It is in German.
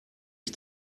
ich